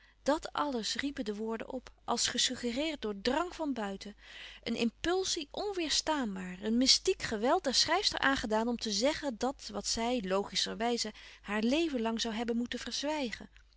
dat alles riepen de woorden op als gesuggereerd door drang van buiten een impulsie onweêrstaanbaar een mystiek geweld der schrijfster aangedaan om te zeggen dat wat zij logischer wijze haar levenlang zoû hebben moeten verzwijgen